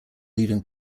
leaving